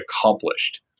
accomplished